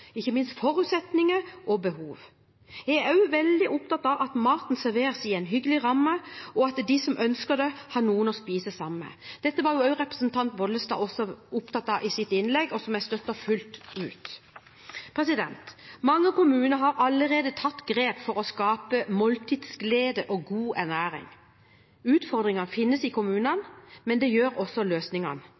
forutsetninger og behov. Jeg er også veldig opptatt av at maten serveres i en hyggelig ramme, og at de som ønsker det, har noen å spise sammen med. Dette var også representanten Bollestad opptatt av i sitt innlegg, og jeg støtter det fullt ut. Mange kommuner har allerede tatt grep for å skape måltidsglede og god ernæring. Utfordringer finnes i kommunene, men det gjør også løsningene.